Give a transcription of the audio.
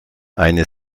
eine